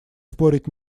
спорить